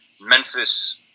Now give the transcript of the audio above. Memphis